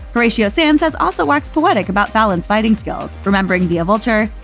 horatio sanz has also waxed poetic about fallons' fighting skills, remembering via vulture,